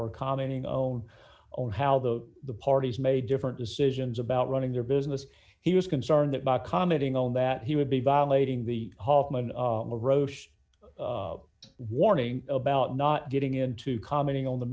or commenting own on how the parties made different decisions about running their business he was concerned that by commenting on that he would be violating the hoffman roche warning about not getting into commenting on the